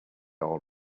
all